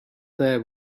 there